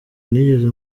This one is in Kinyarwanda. nigeze